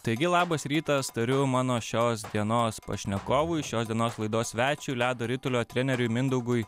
taigi labas rytas tariu mano šios dienos pašnekovui šios dienos laidos svečiui ledo ritulio treneriui mindaugui